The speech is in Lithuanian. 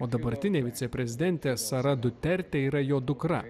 o dabartinė viceprezidentė sara dutertė yra jo dukra